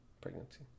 pregnancy